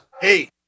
hey